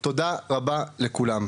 תודה רבה לכולם.